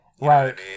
right